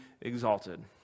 exalted